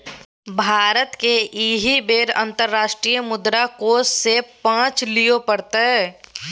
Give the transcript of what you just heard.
भारतकेँ एहि बेर अंतर्राष्ट्रीय मुद्रा कोष सँ पैंच लिअ पड़तै